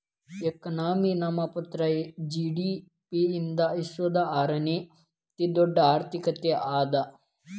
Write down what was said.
economy ನಾಮಮಾತ್ರದ GDP ಯಿಂದ ವಿಶ್ವದ ಆರನೇ ಅತಿದೊಡ್ಡ್ ಆರ್ಥಿಕತೆ ಅದ